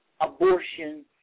abortion